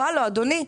"אדוני,